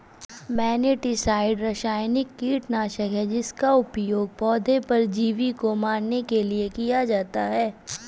nematicide रासायनिक कीटनाशक है जिसका उपयोग पौधे परजीवी को मारने के लिए किया जाता है